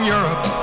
Europe